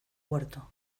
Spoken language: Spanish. huerto